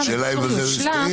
השאלה אם בזה זה יסתיים.